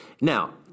Now